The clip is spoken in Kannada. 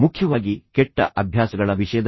ಮುಖ್ಯವಾಗಿ ಕೆಟ್ಟ ಅಭ್ಯಾಸಗಳ ವಿಷಯದಲ್ಲಿ